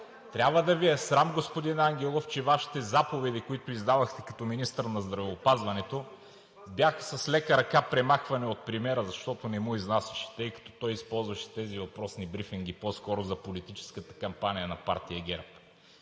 Трябва да Ви е срам, господин Ангелов, че Вашите заповеди, които издавахте като министър на здравеопазването, бяха премахвани с лека ръка от премиера, защото не му изнасяше, тъй като той използваше тези въпросни брифинги по-скоро за политическата кампания на партия ГЕРБ.